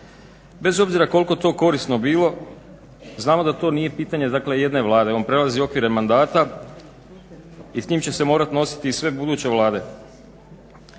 bez obzira koliko to korisno bilo znamo da to nije pitanje dakle jedne Vlade, on prelazi okvire mandata i s njim će se morati nositi i sve buduće Vlade.